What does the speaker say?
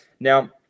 Now